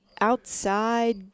outside